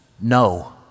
no